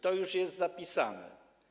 To już jest zapisane.